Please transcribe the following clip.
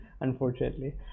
unfortunately